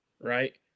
right